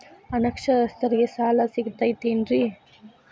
ಅನಕ್ಷರಸ್ಥರಿಗ ಸಾಲ ಸಿಗತೈತೇನ್ರಿ?